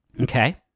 Okay